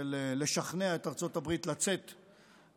של לשכנע את ארצות הברית לצאת מההסכם,